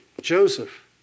Joseph